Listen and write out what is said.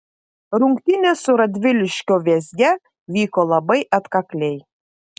rungtynės su radviliškio vėzge vyko labai atkakliai